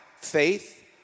faith